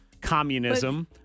communism